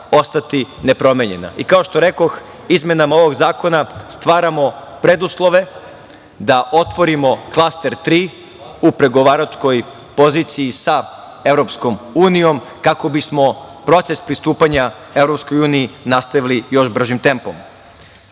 Kao što rekoh, izmenama ovog zakona stvaramo preduslove da otvorimo klaster 3 u pregovaračkoj poziciji sa EU kako bismo proces pristupanja EU nastavili još bržim tempom. Pred